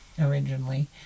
originally